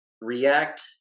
react